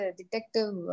detective